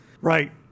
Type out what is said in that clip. Right